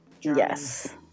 Yes